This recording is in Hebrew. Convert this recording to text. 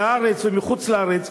מהארץ ומחוץ-לארץ,